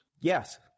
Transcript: Yes